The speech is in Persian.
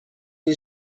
این